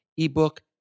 Ebook